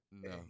No